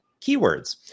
keywords